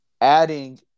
Adding